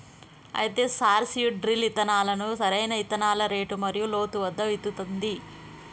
అయితే sir seed drill ఇత్తనాలను సరైన ఇత్తనాల రేటు మరియు లోతు వద్ద విత్తుతుంది